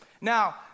now